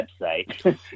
website